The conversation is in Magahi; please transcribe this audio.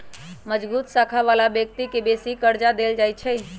मजगुत साख बला व्यक्ति के बेशी कर्जा देल जाइ छइ